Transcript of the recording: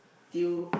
Tiew